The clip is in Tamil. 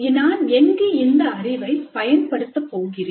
நான் எங்கு இந்த அறிவை பயன்படுத்த போகின்றேன்